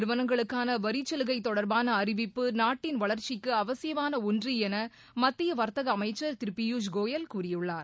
நிறுவனங்களுக்கான வரிச்சலுகை தொடர்பான அறிவிப்பு நாட்டின் கார்ப்பரேட் வளர்ச்சிக்கு அவசியமான ஒன்று என மத்திய வர்த்தக அமைச்சர் திரு பியுஸ் கோயல் கூறியுள்ளார்